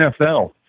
NFL